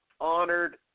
honored